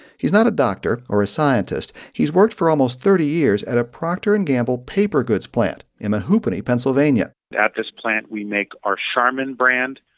he's not a doctor or a scientist. he's worked for almost thirty years at a procter and gamble paper goods plant in mehoopany, pa and sort of yeah at this plant, we make our charmin brand,